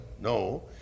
No